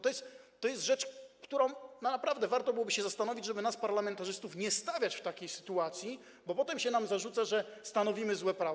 To jest rzecz, nad którą naprawdę warto byłoby się zastanowić, żeby nas, parlamentarzystów, nie stawiać w takiej sytuacji, bo potem się nam zarzuca, że stanowimy złe prawo.